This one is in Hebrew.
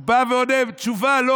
הוא בא ועונה תשובה: לא,